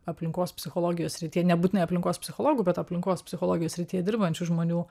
aplinkos psichologijos srityje nebūtinai aplinkos psichologų bet aplinkos psichologijos srityje dirbančių žmonių